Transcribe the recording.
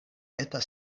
etaj